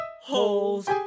holes